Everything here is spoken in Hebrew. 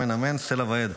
אמן אמן אמן סלה ועד".